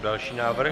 Další návrh.